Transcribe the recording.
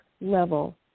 level